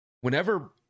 whenever